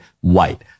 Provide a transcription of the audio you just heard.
white